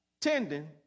tending